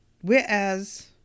Whereas